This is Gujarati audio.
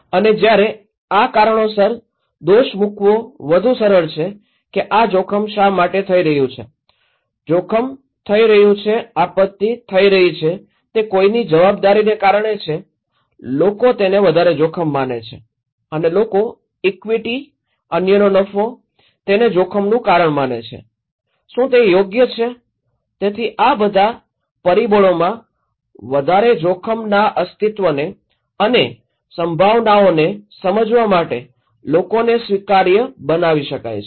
અને જ્યારે આ કારણોસર દોષ મુકવો વધુ સરળ છે કે આ જોખમ શા માટે થઈ રહ્યું છે જોખમ થઈ રહ્યું છે આપત્તિ થઈ રહી છે તે કોઈની જવાબદારીને કારણે છે લોકો તેને વધારે જોખમ માને છે અને લોકો ઇક્વિટી અન્યનો નફો તેને જોખમનું કારણ માને છે શું તે અયોગ્ય છે તેથી આ બધા પરિબળોમાં વધારો જોખમના અસ્તિત્વને અને સંભાવનાઓને સમજવા માટે લોકોને સ્વીકાર્ય બનાવી શકે છે